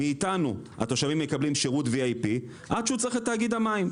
מאתנו התושבים מקבלים שירות VIP עד שהם צריכים את תאגיד המים.